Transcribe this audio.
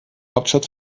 hauptstadt